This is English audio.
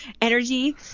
energy